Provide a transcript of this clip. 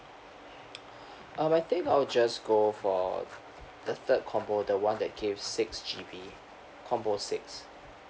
um I think I'll just go for the third combo the one that gave six G_B combo six